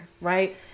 right